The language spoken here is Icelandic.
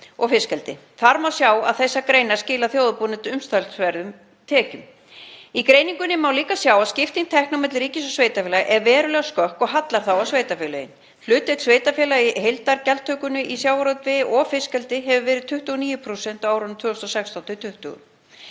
og fiskeldi. Þar má sjá að þessar greinar skila þjóðarbúinu umtalsverðum tekjum. Í greiningunni má líka sjá að skipting tekna milli ríkis og sveitarfélaga er verulega skökk og hallar þá á sveitarfélögin. Hlutdeild sveitarfélaga í heildargjaldtökunni í sjávarútvegi og fiskeldi hefur verið 29% á árunum 2016–2020.